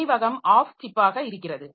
நினைவகம் ஆஃப் சிப்பாக ஆக இருக்கிறது